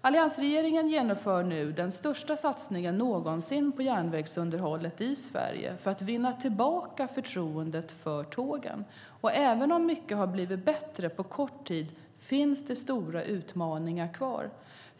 Alliansregeringen genomför nu den största satsningen någonsin på järnvägsunderhållet i Sverige för att vinna tillbaka förtroendet för tågen. Även om mycket har blivit bättre på kort tid finns stora utmaningar kvar.